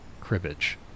cribbage